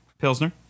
pilsner